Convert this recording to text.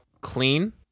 clean